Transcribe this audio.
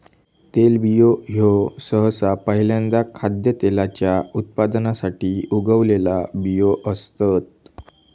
तेलबियो ह्यो सहसा पहील्यांदा खाद्यतेलाच्या उत्पादनासाठी उगवलेला बियो असतत